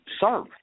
serve